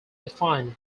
defined